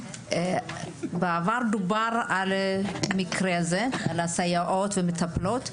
בעבר דובר על מקרה הזה, על הסייעות ומטפלות.